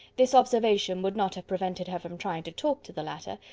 this observation would not have prevented her from trying to talk to the latter,